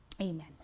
amen